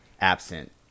absent